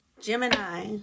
Gemini